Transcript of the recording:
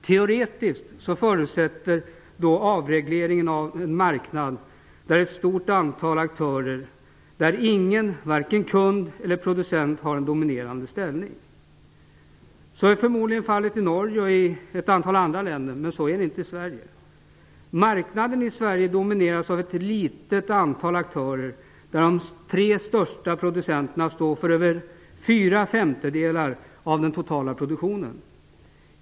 Teoretiskt sett förutsätter en avreglering en marknad där det finns ett stort antal aktörer och där ingen, varken kund eller producent, har en dominerande ställning. Så är förmodligen fallet i Norge och i ett antal andra länder, men så är det inte i Sverige. Marknaden i Sverige domineras av ett litet antal aktörer; de tre största producenterna står för över fyra femtedelar av den totala produktionen.